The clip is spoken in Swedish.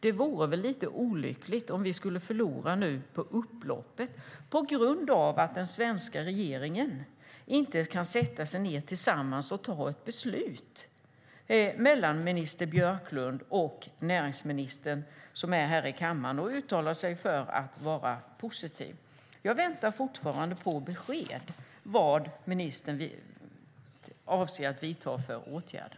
Det vore väl lite olyckligt om vi nu skulle förlora på upploppet på grund av att den svenska regeringen inte kan sätta sig ned tillsammans och ta ett beslut, mellan minister Björklund och näringsministern, som är här i kammaren och säger sig vara positiv. Jag väntar fortfarande på besked om vad ministern avser att vidta för åtgärder.